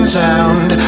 sound